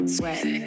sweat